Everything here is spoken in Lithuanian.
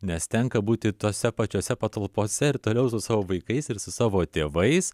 nes tenka būti tose pačiose patalpose ir toliau su savo vaikais ir su savo tėvais